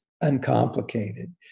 uncomplicated